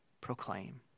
Proclaim